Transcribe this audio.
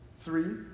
Three